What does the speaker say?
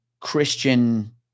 Christian